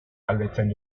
galdetzen